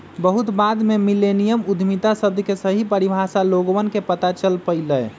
बहुत बाद में मिल्लेनियल उद्यमिता शब्द के सही परिभाषा लोगवन के पता चल पईलय